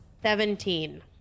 Seventeen